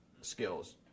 skills